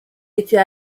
était